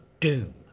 doom